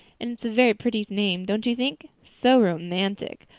and it's a very pretty name, don't you think? so romantic!